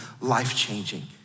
life-changing